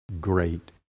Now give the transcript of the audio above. great